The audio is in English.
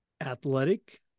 athletic